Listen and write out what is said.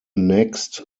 next